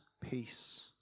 peace